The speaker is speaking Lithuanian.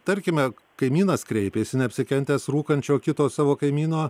tarkime kaimynas kreipėsi neapsikentęs rūkančio kito savo kaimyno